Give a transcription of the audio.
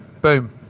boom